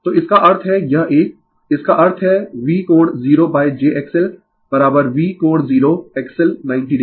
तो इसका अर्थ है यह एक इसका अर्थ है V कोण 0 jXL V कोण 0 XL 90o